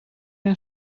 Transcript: een